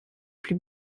plus